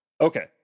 Okay